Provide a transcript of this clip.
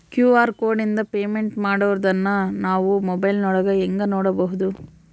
QR ಕೋಡಿಂದ payment ಮಾಡಿರೋದನ್ನ ನಾವು ಮೊಬೈಲಿನೊಳಗ ಹೆಂಗ ನೋಡಬಹುದು?